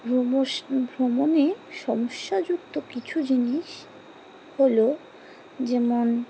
ভ্রম ভ্রমণে সমস্যাযুক্ত কিছু জিনিস হলো যেমন